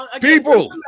People